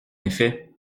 effet